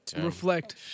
Reflect